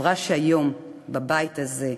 חברה שהיום בבית הזה,